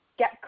get